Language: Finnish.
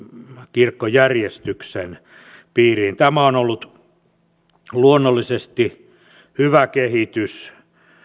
kirkkojärjestyksen piiriin tämä on ollut luonnollisesti hyvä kehitys